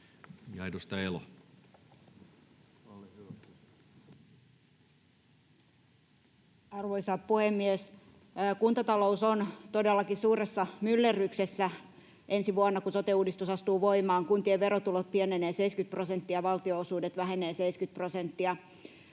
Content: Arvoisa puhemies! Kuntatalous on todellakin suuressa myllerryksessä ensi vuonna, kun sote-uudistus astuu voimaan. Kuntien verotulot pienenevät 70 prosenttia, valtionosuudet vähenevät 70 prosenttia.